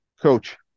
coach